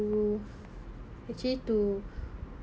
to actually to